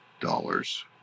dollars